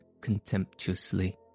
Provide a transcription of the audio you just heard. contemptuously